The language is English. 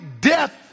death